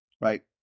right